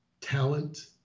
talent